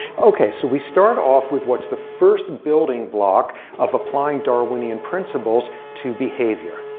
ok, so we start off with what's the first building block of applying darwinian principles to behavior.